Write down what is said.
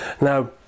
now